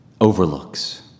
overlooks